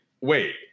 wait